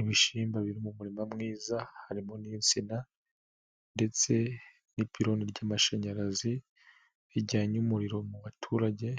Ibishyimbo biri mu murima mwiza harimo n'insina ndetse n'ipiloni ry'amashanyarazi rijyanye umuriro mu baturage